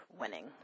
winning